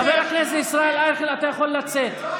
חבר הכנסת ישראל אייכלר, אתה יכול לצאת.